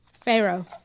Pharaoh